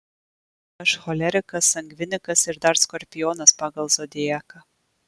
aš cholerikas sangvinikas ir dar skorpionas pagal zodiaką